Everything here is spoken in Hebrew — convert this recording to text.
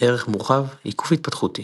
ערך מורחב – עיכוב התפתחותי